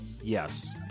yes